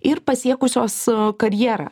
ir pasiekusios karjerą